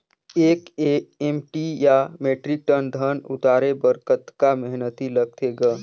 एक एम.टी या metric ton धन उतारे बर कतका मेहनती लगथे ग?